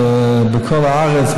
זה בכל הארץ,